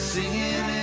Singing